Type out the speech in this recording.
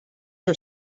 are